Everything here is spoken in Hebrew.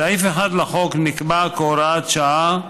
סעיף 1 לחוק נקבע כהוראת שעה,